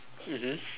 mmhmm